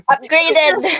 Upgraded